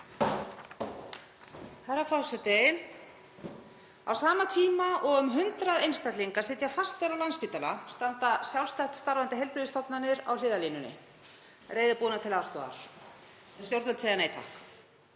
Herra forseti. Á sama tíma og um 100 einstaklingar sitja fastir á Landspítala standa sjálfstætt starfandi heilbrigðisstofnanir á hliðarlínunni reiðubúnar til aðstoðar en stjórnvöld segja nei takk.